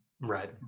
Right